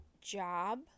job